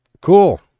Cool